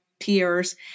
peers